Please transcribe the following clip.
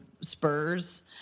Spurs